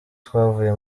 twavuye